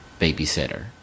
babysitter